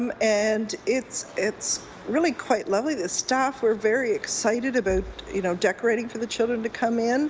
um and it's it's really quite lovely. the staff were very excited about you know decorating for the children to come in